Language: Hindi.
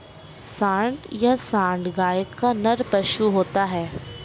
सांड या साँड़ गाय का नर पशु होता है